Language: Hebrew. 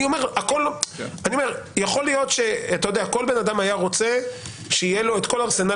אני אומר שכל בן אדם היה רוצה שיהיה לו את כל ארסנל